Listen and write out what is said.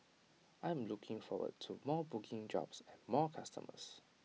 I'm looking forward to more booking jobs and more customers